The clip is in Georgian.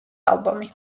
ალბომი